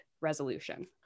resolution